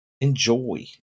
Enjoy